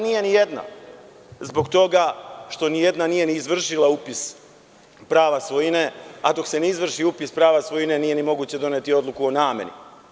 Nije ni jedna, zbog toga što ni jedna nije ni izvršila upis prava svojine, a dok se ne izvrši upis prava svojine nije ni moguće doneti odluku o nameni.